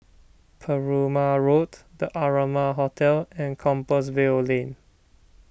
Perumal Road the Amara Hotel and Compassvale Lane